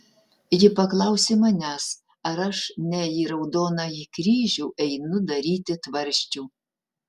ji paklausė manęs ar aš ne į raudonąjį kryžių einu daryti tvarsčių